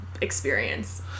experience